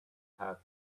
have